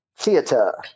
theater